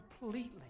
completely